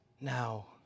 now